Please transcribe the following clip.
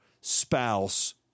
spouse